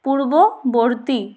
পূর্ববর্তী